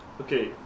okay